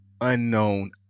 unknown